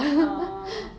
oh